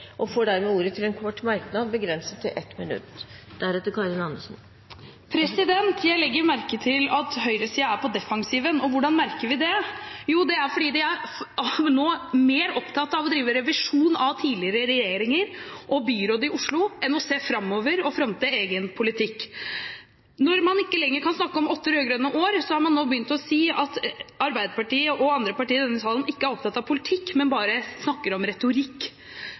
og får ordet til en kort merknad, begrenset til 1 minutt. Jeg legger merke til at høyresiden er på defensiven. Hvordan merker vi det? Jo, det er fordi de nå er mer opptatt av å drive revisjon av tidligere regjeringer og av byrådet i Oslo, enn av å se framover og fronte egen politikk. Når man ikke lenger kan snakke om åtte rød-grønne år, har man nå begynt å si at Arbeiderpartiet og andre partier i denne sal ikke er opptatt av politikk, men bare snakker om retorikk.